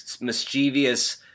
mischievous